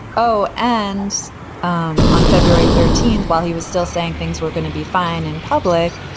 oh, and um on february thirteenth, while he was still saying things were gonna be fine in public,